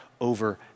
over